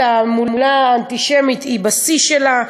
התעמולה האנטישמית הייתה בשיאה.